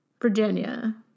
Virginia